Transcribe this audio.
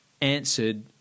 answered